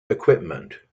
equipment